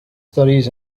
studies